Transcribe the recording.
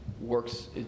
works